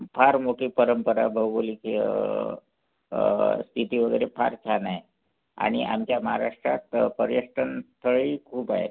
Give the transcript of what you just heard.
फार मोठी परंपरा भौगोलिक स्थिती वगैरे फार छान आहे आणि आमच्या महाराष्ट्रात पर्यटन स्थळेही खूप आहेत